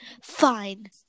Fine